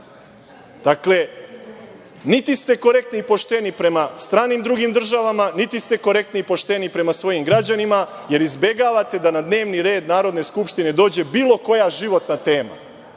niti ste korektni i pošteni prema stranim drugim državama, niti ste korektni i pošteni prema svojim građanima, jer izbegavate da na dnevni red Narodne skupštine dođe bilo koja životna tema,